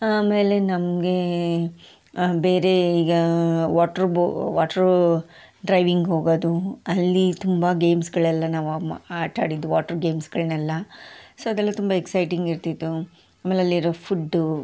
ಆಮೇಲೆ ನಮಗೆ ಬೇರೆ ಈಗ ವಾಟ್ರ್ ಬೊ ವಾಟ್ರ್ ಡ್ರೈವಿಂಗ್ ಹೋಗೋದು ಅಲ್ಲಿ ತುಂಬಾ ಗೇಮ್ಸ್ಗಳೆಲ್ಲ ನಾವು ಮಾ ಆಟ ಆಡಿದ್ದು ವಾಟ್ರ್ ಗೇಮ್ಸ್ಗಳನ್ನೆಲ್ಲ ಸೊ ಅದೆಲ್ಲ ತುಂಬಾ ಎಕ್ಸೈಟಿಂಗ್ ಇರ್ತಿತ್ತು ಆಮೇಲೆ ಅಲ್ಲಿರೋ ಫುಡ್ಡು